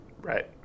Right